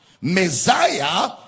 messiah